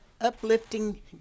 uplifting